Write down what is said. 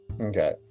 Okay